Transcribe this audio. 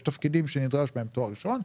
יש תפקידים שנדרש בהם תואר ראשון,